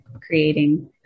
creating